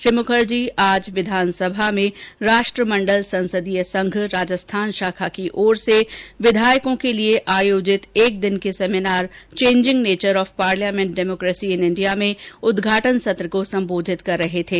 श्री मुखर्जी आज विधानसभा में राष्ट्रमंडल संसदीय संघ राजस्थान शाखा की ओर से विधायकों के लिए आयोजित एक दिवसीय seminar changing nature of parliament democracy in India में उद्घाटन सत्र को संबोधित कर रहे थे